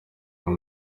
yaha